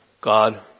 God